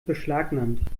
beschlagnahmt